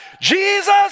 Jesus